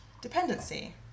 dependency